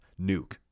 nuke